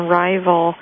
rival